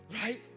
right